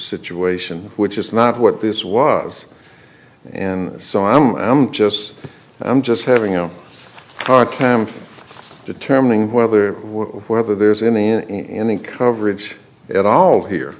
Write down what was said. situation which is not what this was and so i'm i'm just i'm just having a hard time determining whether whether there's any in any coverage at all here